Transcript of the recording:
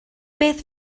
beth